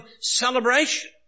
celebration